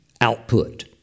output